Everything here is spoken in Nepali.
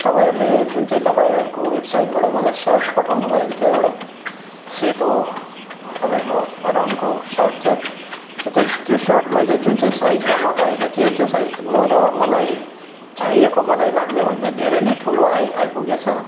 तपाईँहरूले जुन चाहिँ तपाईँहरूको वेबसाइटबाट मलाई सर्ट पठाउनु भएको थियो एउटा सेतो तपाईँको रङको सर्ट थियो त्यो सर्ट मैले जुन चाहिँ साइजमा मगाएको थिएँ त्यो साइज म र मलाई चाहिएको मलाई लाग्ने भन्दा धेरै नै ठुलो आइ आइपुगेछ